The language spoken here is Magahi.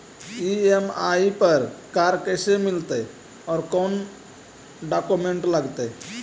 ई.एम.आई पर कार कैसे मिलतै औ कोन डाउकमेंट लगतै?